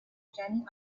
jenny